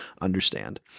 understand